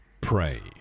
pray